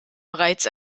bereits